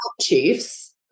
chiefs